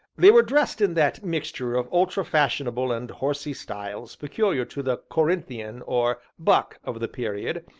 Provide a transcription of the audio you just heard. they were dressed in that mixture of ultra-fashionable and horsey styles peculiar to the corinthian, or buck of the period,